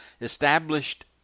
established